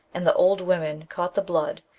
and the old women caught the blood,